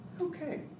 okay